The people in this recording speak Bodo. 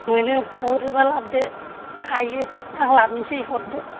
मोनो हरोबा लाबोदो हायो आं लाबोनोसै हरदो